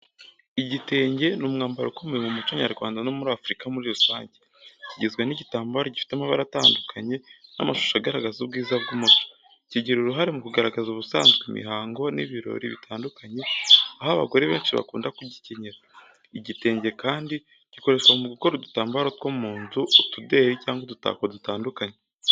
Igitenge ni umwambaro ukomeye mu muco nyarwanda no muri Afurika muri rusange. Kigizwe n’igitambaro gifite amabara atandukanye n’amashusho agaragaza ubwiza bw’umuco. Kigira uruhare mu kugaragaza ubusanzwe, imihango, n’ibirori bitandukanye, aho abagore benshi bakunda kugikenyera. Igitenge kandi gikoreshwa mu gukora udutambaro two mu nzu, utuderi cyangwa udutako dutandukanye.